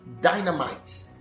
dynamite